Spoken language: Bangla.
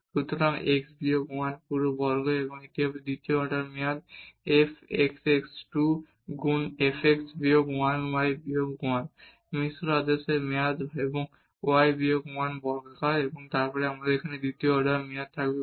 সুতরাং x বিয়োগ 1 পুরো বর্গ এবং এটি হবে দ্বিতীয় অর্ডার মেয়াদ f xx 2 গুণ fx বিয়োগ 1 y বিয়োগ 1 মিশ্র আদেশের মেয়াদ এবং y বিয়োগ 1 বর্গাকার এবং তারপরে আমাদের এখানে আবার দ্বিতীয় অর্ডার মেয়াদ থাকবে y